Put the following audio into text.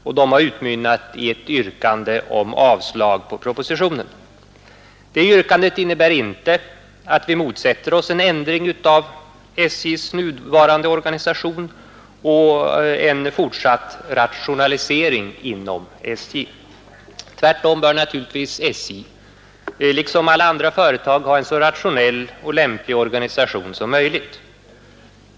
Synpunkterna har utmynnat i ett yrkande om avslag på propositionen 147. Yrkandet innebär inte att vi motsätter oss en ändring av SJ:s nuvarande organisation och en fortsatt rationalisering inom SJ. Tvärtom bör naturligtvis SJ liksom alla andra företag ha en så rationell och lämplig organisation som möjligt.